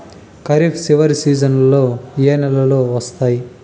ఖరీఫ్ చివరి సీజన్లలో ఏ నెలలు వస్తాయి?